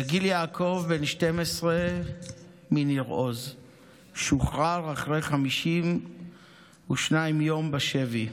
יגיל יעקב בן 12 מניר עוז שוחרר אחרי 52 יום בשבי: